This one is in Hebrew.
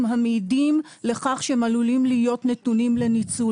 המעידים לכך שהם עלולים להיות נתונים לניצול.